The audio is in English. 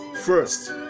first